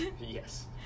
Yes